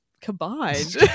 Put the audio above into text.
combined